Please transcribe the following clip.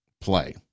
play